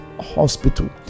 hospital